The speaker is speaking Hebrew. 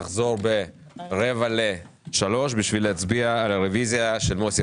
נחזור ב-14:45 בשביל להצביע על הרביזיה של מוסי